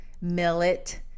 millet